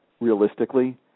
realistically